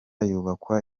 yubakwa